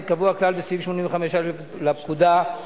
תודה ליושב-ראש.